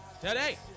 today